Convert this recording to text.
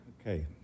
Okay